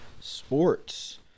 Sports